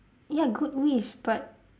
ya good wish but